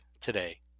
today